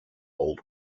old